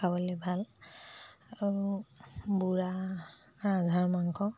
খাবলৈ ভাল আৰু বুঢ়া ৰাজহাঁহৰ মাংস